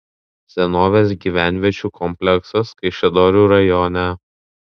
senovės gyvenviečių kompleksas kaišiadorių rajone